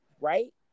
right